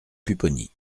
pupponi